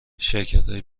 شرکتای